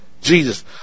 Jesus